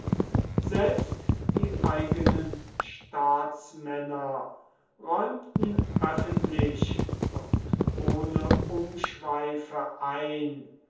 selbst die eigenen staatsmänner räumten öffentlich und ohne umschweife ein